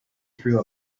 through